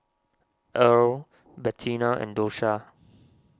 Earle Bettina and Dosha